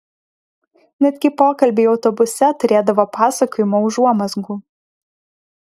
netgi pokalbiai autobuse turėdavo pasakojimo užuomazgų